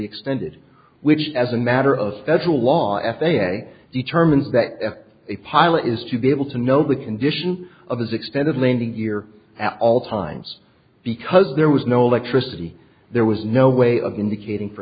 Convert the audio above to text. extended which as a matter of federal law f a a determines that if a pilot is to be able to know the condition of his expensive landing gear at all times because there was no electricity there was no way of indicating for